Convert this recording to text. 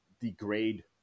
degrade